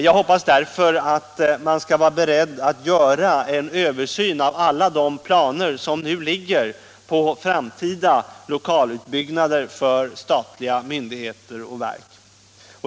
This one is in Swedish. Jag hoppas alltså att man skall vara beredd att göra en översyn av alla de planer som nu finns på framtida lokalutbyggnader för statliga myndigheter och verk.